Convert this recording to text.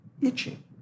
itching